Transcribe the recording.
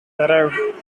arrived